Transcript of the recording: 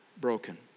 broken